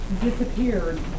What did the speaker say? disappeared